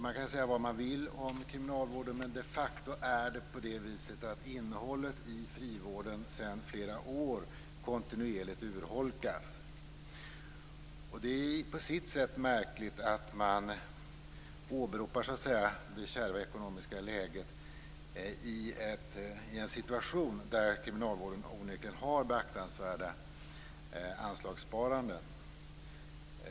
Man kan säga vad man vill om kriminalvården, men innehållet i frivården har de facto sedan flera år kontinuerligt urholkats. Det är på sitt sätt märkligt att man åberopar det kärva ekonomiska läget i en situation där kriminalvården onekligen har beaktansvärda anslagssparanden.